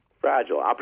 Fragile